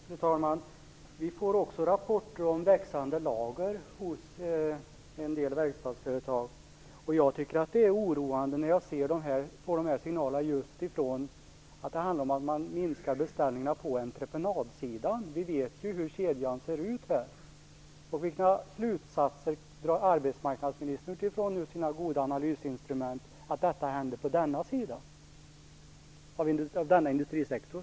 Fru talman! Vi får också rapporter om växande lager hos en del verkstadsföretag, och jag tycker att det är oroande när jag sedan får de här signalerna, just att man minskar beställningarna på entreprenadsidan. Vi vet ju hur kedjan ser ut. Vilka slutsatser drar arbetsmarknadsministern, utifrån sina goda analysinstrument, när detta händer inom denna industrisektor?